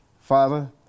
Father